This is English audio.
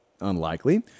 unlikely